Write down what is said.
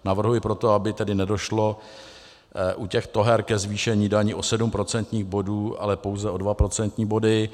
Navrhuji proto, aby tedy nedošlo u těchto her ke zvýšení daní o 7 procentních bodů, ale pouze o 2 procentní body.